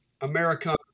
America